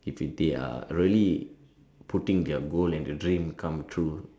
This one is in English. if the they are really putting their goal and their dream come true